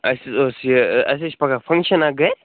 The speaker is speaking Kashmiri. اَسہِ حَظ اوس یہِ اَسہِ حَظ چھِ پگاہ فںٛکشن اکھ گرِ